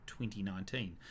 2019